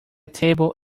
table